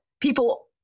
people